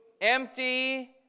empty